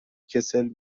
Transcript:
کسل